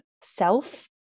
self